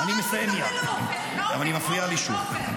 היא מפריעה לי שוב.